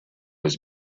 his